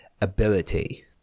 ability